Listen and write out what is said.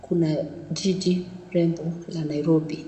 kuna jiji rembo la Nairobi.